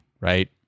right